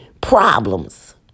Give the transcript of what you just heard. problems